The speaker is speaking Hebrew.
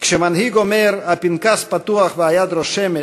כשמנהיג אומר "הפנקס פתוח והיד רושמת",